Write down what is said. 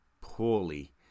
poorly